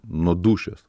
nuo dūšios